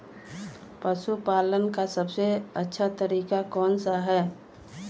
पशु पालन का सबसे अच्छा तरीका कौन सा हैँ?